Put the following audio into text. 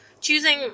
choosing